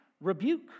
rebuke